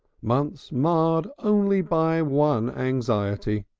months marred only by one anxiety,